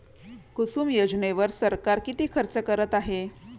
कुसुम योजनेवर सरकार किती खर्च करत आहे?